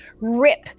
Rip